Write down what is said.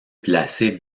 placée